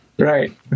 Right